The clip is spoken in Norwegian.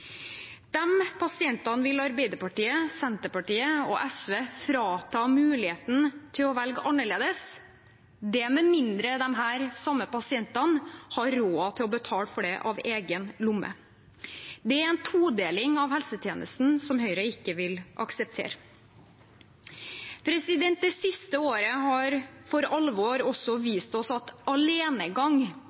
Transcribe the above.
pasientene vil Arbeiderpartiet, Senterpartiet og SV frata muligheten til å velge annerledes, med mindre de samme pasientene har råd til å betale for det av egen lomme. Det er en todeling av helsetjenesten som Høyre ikke vil akseptere. Det siste året har for alvor også vist oss at alenegang